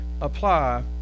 apply